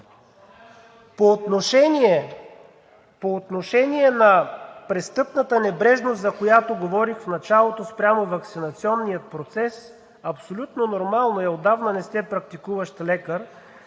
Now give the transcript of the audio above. По отношение на престъпната небрежност, за която говорих в началото спрямо ваксинационния процес. Абсолютно нормално е – отдавна не сте практикуващ лекар,